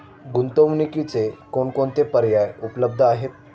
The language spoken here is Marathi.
गुंतवणुकीचे कोणकोणते पर्याय उपलब्ध आहेत?